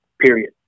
Period